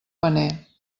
paner